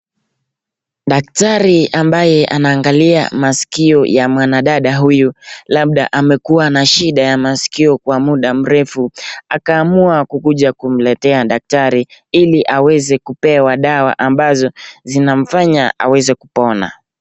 Daktari ambaye anaangalia maskio ya mwanadada huyu, labda amekuwa na shida la maskio kwa muda mrefu, akaamua kukuja kumletea daktari ili aweze kupewa dawa ambazo zinamfanya aweze kupona.